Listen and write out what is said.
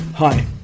Hi